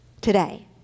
today